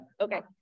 Okay